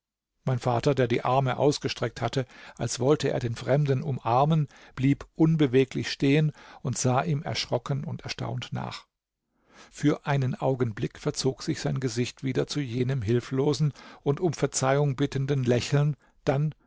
mein vater der die arme ausgestreckt hatte als wollte er den fremden umarmen blieb unbeweglich stehen und sah ihm erschrocken und erstaunt nach für einen augenblick verzog sich sein gesicht wieder zu jenem hilflosen und um verzeihung bittenden lächeln dann